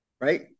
right